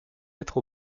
lettres